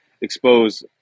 expose